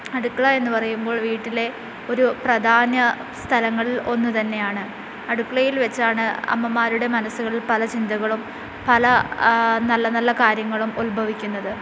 അടുക്കള എന്നു പറയുമ്പോൾ വീട്ടിലെ ഒരു പ്രധാന സ്ഥലങ്ങളിൽ ഒന്നു തന്നെയാണ് അടുക്കളയിൽ വച്ചാണ് അമ്മമാരുടെ മനസ്സുകളിൽ പല ചിന്തകളും പല നല്ല നല്ല കാര്യങ്ങളും ഉത്ഭവിക്കുന്നത്